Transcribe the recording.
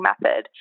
method